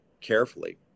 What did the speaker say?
carefully